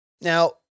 Now